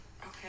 Okay